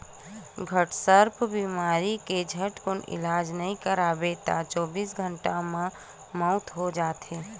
घटसर्प बेमारी के झटकुन इलाज नइ करवाबे त चौबीस घंटा म मउत हो जाथे